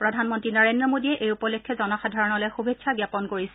প্ৰধানমন্ত্ৰী নৰেদ্ৰ মোদীয়ে এই উপলক্ষে জনসাধাৰণলৈ শুভেচ্ছা জ্ঞাপন কৰিছে